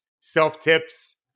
self-tips